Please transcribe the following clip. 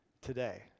today